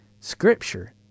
scripture